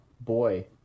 boy